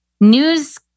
news